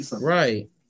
Right